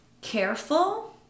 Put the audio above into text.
careful